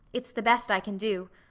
it's the best i can do.